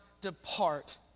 depart